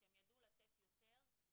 שהם ידעו לתת יותר גם